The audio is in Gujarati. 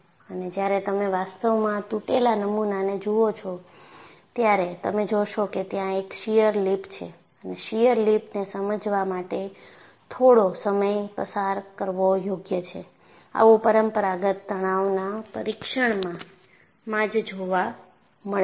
અને જ્યારે તમે વાસ્તવમાં તૂટેલા નમુનાને જોવો છો ત્યારે તમે જોશો કે ત્યાં એક શીઅર લીપ છે અને શીઅર લીપને સમજવા માટે થોડો સમય પસાર કરવો યોગ્ય છે આવું પરંપરાગત તણાવનાં પરીક્ષણમાં જ જોવા મળે છે